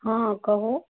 हँ कहू